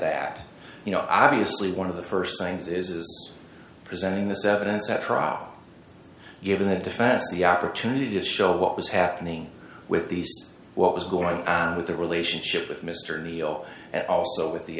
that you know obviously one of the st things is is presenting this evidence at trial given the defense the opportunity to show what was happening with these what was going on with the relationship with mr neal and also with the